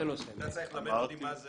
אתה צריך ללמד אותי מה זה